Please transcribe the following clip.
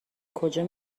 کجا